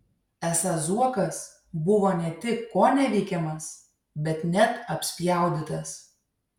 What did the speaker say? esą zuokas buvo ne tik koneveikiamas bet net apspjaudytas